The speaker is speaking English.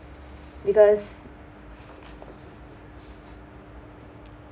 because